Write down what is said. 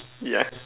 yeah